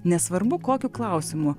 nesvarbu kokiu klausimu